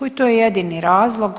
I to je jedini razlog.